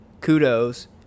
kudos